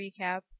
recap